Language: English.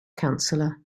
counselor